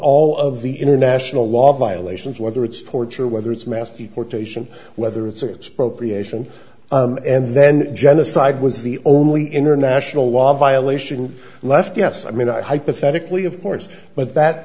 all of the international law violations whether it's torture whether it's mass deportation whether it's expropriation and then genocide was the only international law violation left us i mean i hypothetically of course but that